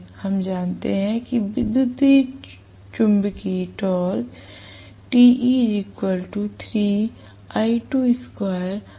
हम जानते हैं कि विद्युत चुम्बकीय टॉर्क